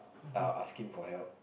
ah asking for help